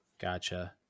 Gotcha